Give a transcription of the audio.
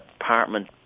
apartment